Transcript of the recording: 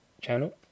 channel